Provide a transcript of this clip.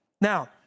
Now